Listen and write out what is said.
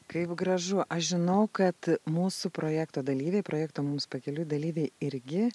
kaip gražu aš žinau kad mūsų projekto dalyviai projekto mums pakeliui dalyviai irgi